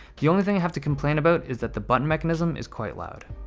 the only thing i have to complain about is that the button mechanism is quite loud